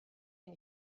cyn